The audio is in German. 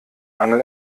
angel